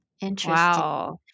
Interesting